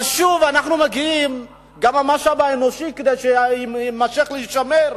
אבל שוב, גם המשאב האנושי, כדי שיימשך ויישמר,